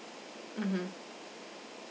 mmhmm